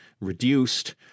reduced